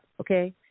okay